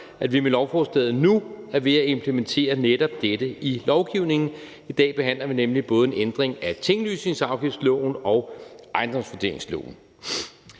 at vi med lovforslaget nu er ved at implementere netop dette i lovgivningen. I dag behandler vi nemlig både en ændring af tinglysningsafgiftsloven og ejendomsvurderingsloven.